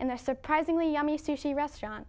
and the surprisingly yummy sushi restaurant